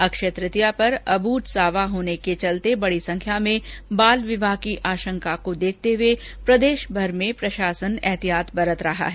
अक्षय तृतीया पर अबूझ सावा होने के चलते बडी संख्या में बाल विवाह की आंशका को देखते हुए प्रदेशभर में प्रशासन ऐहतियात बरत रहा है